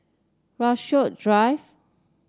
Rasok Drive